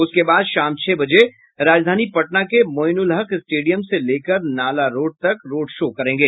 उसके बाद शाम छह बजे राजधानी पटना के मोइनूलहक स्टेडियम से लेकर नाला रोड तक रोड शो करेंगे